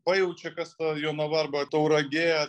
pajaučia kas ta jonava arba tauragė